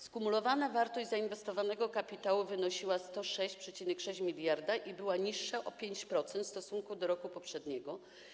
Skumulowana wartość zainwestowanego kapitału wynosiła 106,6 mld i była niższa o 5% w stosunku do roku poprzedniego.